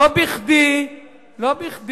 למה אתה